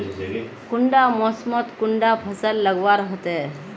कुंडा मोसमोत कुंडा फसल लगवार होते?